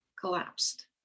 collapsed